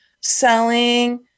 selling